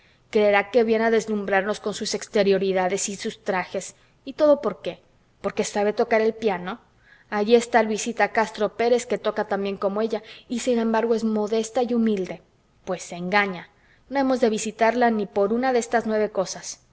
creerá que viene a deslumbrarnos con sus exterioridades y sus trajes y todo por qué porque sabe tocar el piano allí está luisita castro pérez que toca tan bien como ella y sin embargo es modesta y humilde pues se engaña no hemos de visitarla ni por una de estas nueve cosas